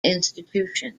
institution